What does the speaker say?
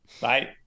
Bye